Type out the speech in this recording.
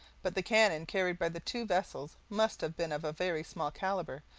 but the cannon carried by the two vessels must have been of very small calibre,